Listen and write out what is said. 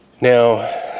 Now